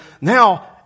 now